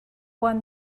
won